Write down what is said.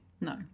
No